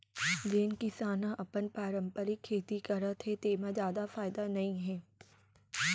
जेन किसान ह अपन पारंपरिक खेती करत हे तेमा जादा फायदा नइ हे